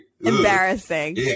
Embarrassing